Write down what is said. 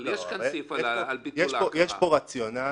אבל יש כאן סעיף לביטול על ההכרה.